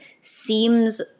seems